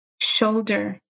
Shoulder